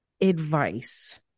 advice